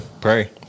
Pray